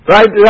Right